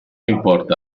importa